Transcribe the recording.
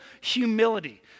humility